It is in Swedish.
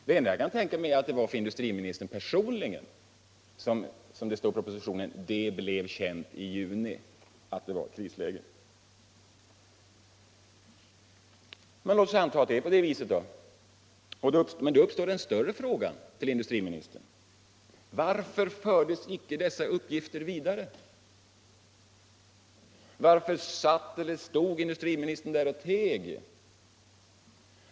Det enda jag kan tänka mig är att det var för industriministern personligen som det blev känt, som det står i propositionen, i juni att det var ett krisläge. Låt oss anta att det är på det viset. Men då uppstår den större frågan till industriministern: Varför fördes inte dessa uppgifter vidare? Varför satt eller stod industriministern där och teg?